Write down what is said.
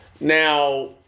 now